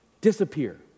disappear